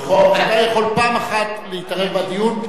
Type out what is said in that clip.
אתה יכול פעם אחת להתערב בדיון.